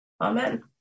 Amen